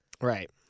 Right